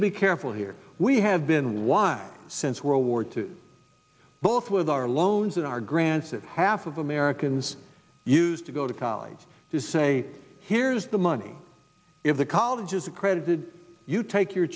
to be careful here we have been why since world war two both with our loans and our grants it half of americans used to go to college to say here's the money in the college is accredited you take your